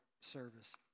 service